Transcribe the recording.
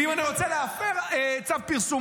ואם אני רוצה להפר צו איסור פרסום,